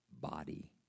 body